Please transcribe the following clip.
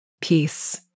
peace